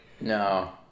No